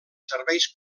serveis